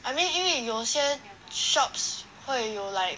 I mean 因为有些 shops 会有 like